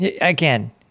again